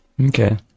Okay